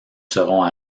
seront